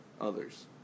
others